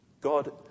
God